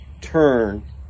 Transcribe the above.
turn